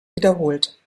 wiederholt